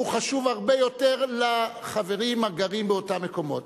הוא חשוב הרבה יותר לחברים הגרים באותם מקומות.